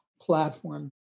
platform